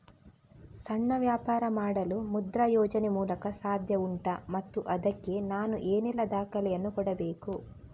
ಸಣ್ಣ ವ್ಯಾಪಾರ ಮಾಡಲು ಮುದ್ರಾ ಯೋಜನೆ ಮೂಲಕ ಸಾಧ್ಯ ಉಂಟಾ ಮತ್ತು ಅದಕ್ಕೆ ನಾನು ಏನೆಲ್ಲ ದಾಖಲೆ ಯನ್ನು ಕೊಡಬೇಕು?